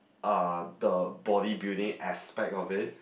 uh the bodybuilding aspect of it